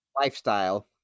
lifestyle